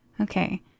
Okay